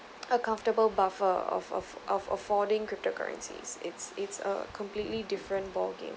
a comfortable buffer of of of affording crypto currencies it's it's a completely different ball game